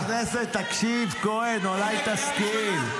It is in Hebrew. חבר הכנסת כהן, תקשיב, אולי תשכיל.